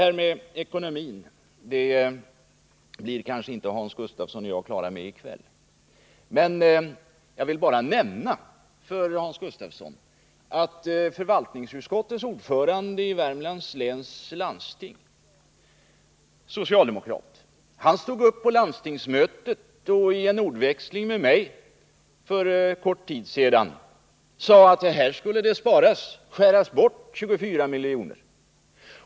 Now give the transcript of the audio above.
Detta med ekonomin blir kanske Hans Gustafsson och jag inte klara med i kväll. Jag vill emellertid nämna för Hans Gustafsson att förvaltningsutskottets ordförande i Värmlands läns landsting, socialdemokrat, för en kort tid sedan i en ordväxling med mig på landstingsmötet sade att här skulle det sparas 24 miljoner.